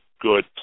good